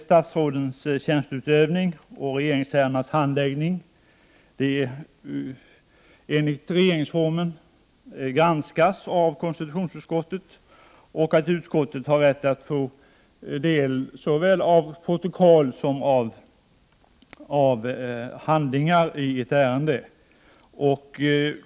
Statsrådens tjänsteutövning och regeringsärendenas handläggning granskas av konstitutionsutskottet enligt regeringsformen. Utskottet har rätt att ta del av såväl protokoll som handlingar i ett ärende.